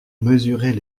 mesurer